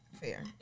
fair